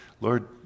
Lord